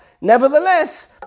nevertheless